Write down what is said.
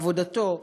לעבודתו,